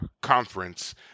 conference